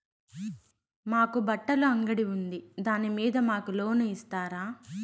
మాకు బట్టలు అంగడి ఉంది దాని మీద మాకు లోను ఇస్తారా